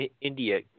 India